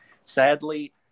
Sadly